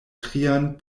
trian